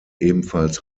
ebenfalls